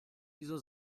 dieser